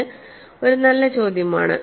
ഇത് ഒരു നല്ല ചോദ്യമാണ്